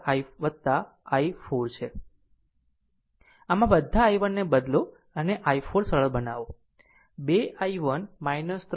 આમ બધા i1 ને બદલો અને i4 સરળ બનાવો 2 v1 3 v3 2